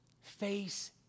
face